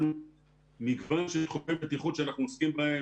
יש מגוון נושאי בטיחות שאנחנו עוסקים בהם.